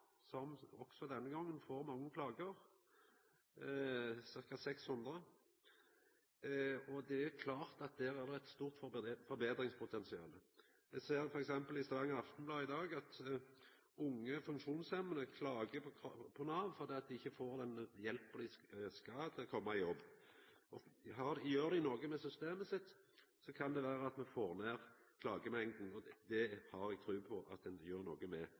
som også denne gongen får mange klager, ca. 600. Det er klart at der er det eit stort forbetringspotensial. Eg ser f.eks. i Stavanger Aftenblad i dag at unge funksjonshemma klagar på Nav fordi dei ikkje får den hjelpa dei skal ha for å koma i jobb. Gjer dei noko med systemet sitt, kan det vera at me får ned klagemengda. Det har eg tru på at dei gjer noko med,